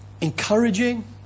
encouraging